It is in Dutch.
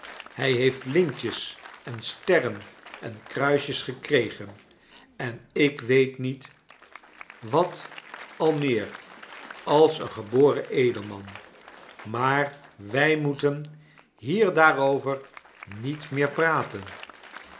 hij heeft lintjes en sterren en kruisjes gekregen en ik weet niet wat al meer als een geboren edelman maar wij moeten hier daarover niet meer praten